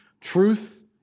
truth